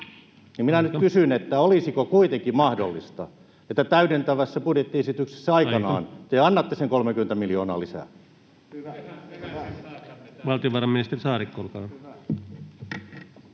minä nyt kysyn: olisiko kuitenkin mahdollista, että täydentävässä budjettiesityksessä aikanaan [Puhemies: Aika!] te annatte sen 30 miljoonaa lisää?